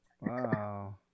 Wow